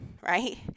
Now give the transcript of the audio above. right